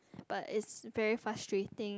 but it's very frustrating